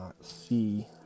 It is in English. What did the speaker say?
see